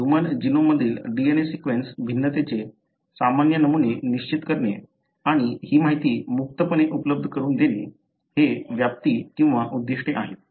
human genome मधील DNA sequence भिन्नतेचे सामान्य नमुने निश्चित करणे आणि ही माहिती मुक्तपणे उपलब्ध करून देणे हे व्याप्ती किंवा उद्दिष्टे आहेत